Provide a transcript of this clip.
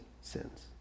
sins